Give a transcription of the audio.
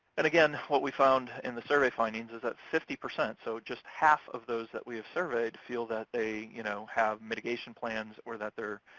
and, again, what we found in the survey findings is that fifty, so just half of those that we have surveyed feel that they you know have mitigation plans or that they're